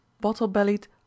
bottle-bellied